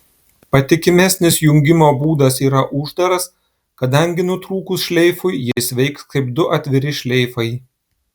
patikimesnis jungimo būdas yra uždaras kadangi nutrūkus šleifui jis veiks kaip du atviri šleifai